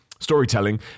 storytelling